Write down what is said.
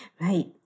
Right